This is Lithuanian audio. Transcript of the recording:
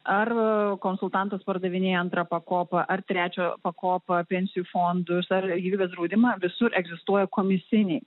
ar konsultantas pardavinėja antrą pakopą ar trečią pakopą pensijų fondus ar gyvybės draudimą visur egzistuoja komisiniai